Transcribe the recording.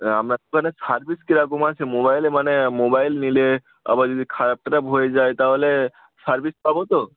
আপনার মানে সার্ভিস কিরকম আছে মোবাইলে মানে মোবাইল নিলে আবার যদি খারাপ টারাপ হয়ে যায় তাহলে সার্ভিস পাবো তো